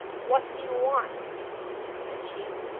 what do you want said she.